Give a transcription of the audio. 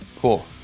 Cool